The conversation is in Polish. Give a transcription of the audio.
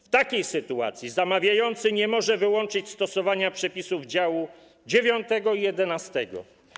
W takiej sytuacji zamawiający nie może wyłączyć stosowania przepisów działów IX i XI.